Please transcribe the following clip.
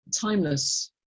timeless